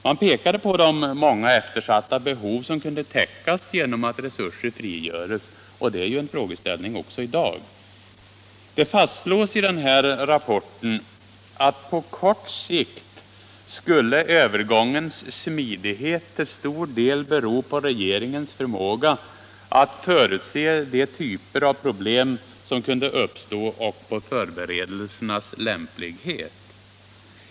Man pekade på de många eftersatta behov som kunde täckas genom att resurser frigörs, och det är en frågeställning som är aktuell också i dag. Det fastslogs i rapporten, att på kort sikt skulle övergångens smidighet bero på regeringens förmåga att förutse de typer av problem som kunde uppstå och på förberedelsernas lämplighet.